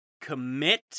Commit